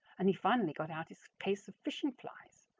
and he finally got out his case of fishing flies,